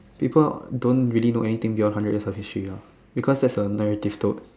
people don't really know anything beyond hundred years of history lah because that's a narrative told